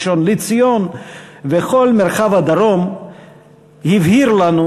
ראשון-לציון וכל מרחב הדרום הבהיר לנו